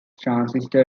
transistor